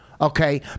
Okay